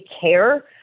care